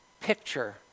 picture